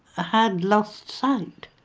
had lost sight,